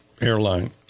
airline